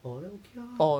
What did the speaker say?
orh then okay lah